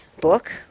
book